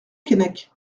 keinec